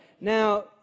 Now